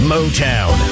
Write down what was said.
Motown